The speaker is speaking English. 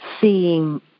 seeing